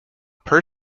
per